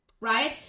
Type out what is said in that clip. right